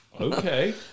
Okay